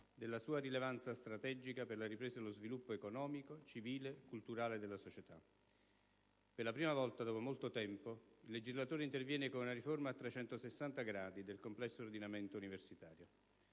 della sua rilevanza strategica per la ripresa dello sviluppo economico, civile e culturale della società. Per la prima volta, dopo molto tempo, il legislatore interviene con una riforma a 360 gradi del complesso ordinamento universitario.